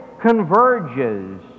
converges